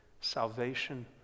salvation